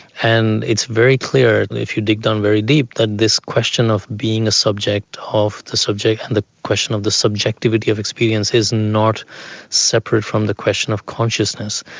and it's very clear if you dig down very deep that this question of being a subject, of the subject, and the question of the subjectivity of experience is not separate from the question of consciousness.